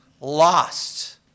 lost